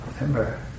remember